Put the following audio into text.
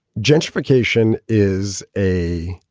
gentrification is a.